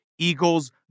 Eagles